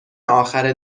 اخر